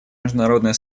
международное